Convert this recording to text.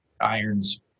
irons